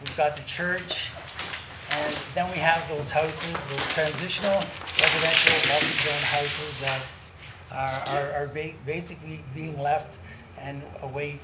we've got the church and then we have those houses, those transitional residential multi zone houses that are are basically being left and await